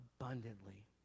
abundantly